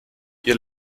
ihr